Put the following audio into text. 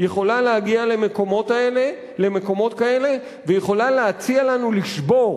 יכולה להגיע למקומות כאלה ויכולה להציע לנו לשבור